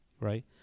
right